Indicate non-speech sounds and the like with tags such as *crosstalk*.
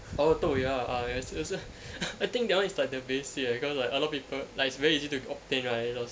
oh 豆芽 ah yes *laughs* I think that [one] is like the basic eh cause like a lot of people cause like it's very easy to obtain right those